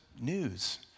news